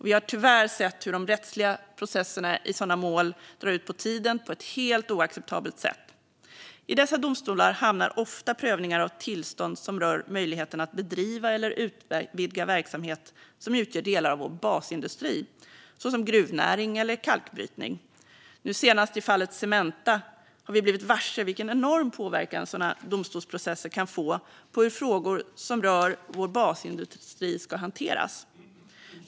Vi har tyvärr sett hur de rättsliga processerna i sådana mål drar ut på tiden på ett helt oacceptabelt sätt. I dessa domstolar hamnar ofta prövningar av tillstånd som rör möjligheten att bedriva eller utvidga verksamhet som utgör delar av vår basindustri, såsom gruvnäring eller kalkbrytning. Nu senast i fallet Cementa har vi blivit varse vilken enorm påverkan sådana domstolsprocesser kan få för hur frågor som rör vår basindustri ska hanteras.